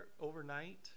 overnight